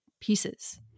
pieces